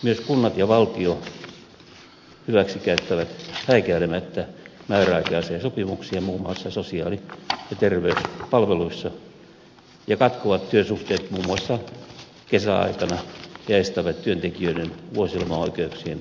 myös kunnat ja valtio hyväksikäyttävät häikäilemättä määräaikaisia sopimuksia muun muassa sosiaali ja terveyspalveluissa ja katkovat työsuhteet muun muassa kesäaikana ja estävät työntekijöiden vuosilomaoikeuksien syntymisen